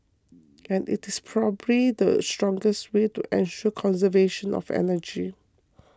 and it's probably the strongest way to ensure conservation of energy